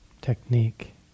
technique